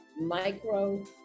micro